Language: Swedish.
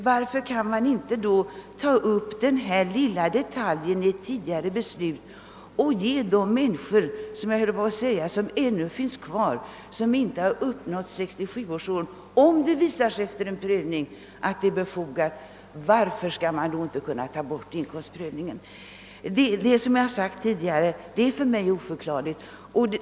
Varför kan man då inte ta upp denna förhållandevis lilla fråga till tidigare behandling med syfte att söka avskaffa inkomstprövningen för de övergångsänkor, som ännu finns kvar och som inte har uppnått 67 års ålder?